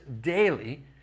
daily